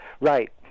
Right